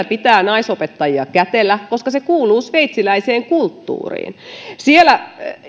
pitää naisopettajia kätellä koska se kuuluu sveitsiläiseen kulttuuriin siellä